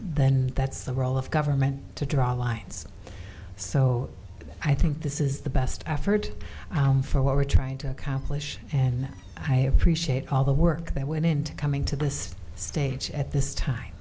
then that's the role of government to draw lines so i think this is the best effort for what we're trying to accomplish and i appreciate all the work that went into coming to this stage at this time